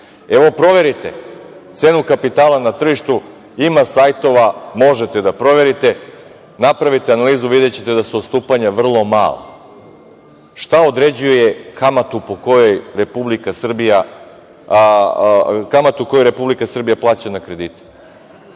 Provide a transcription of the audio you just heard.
Proverite cenu kapitala na tržištu. Ima sajtova, možete da proverite. Napravite analizu, videćete da su odstupanja vrlo mala. Šta određuje kamatu koju Republika Srbija plaća na kredite?